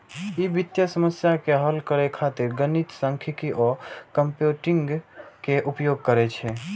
ई वित्तीय समस्या के हल करै खातिर गणित, सांख्यिकी आ कंप्यूटिंग के उपयोग करै छै